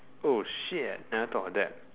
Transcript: oh shit never thought of that